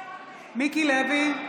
מיקי לוי,